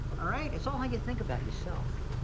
all right, it's all how you think about yourself,